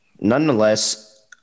Nonetheless